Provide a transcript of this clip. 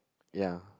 ya